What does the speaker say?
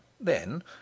Then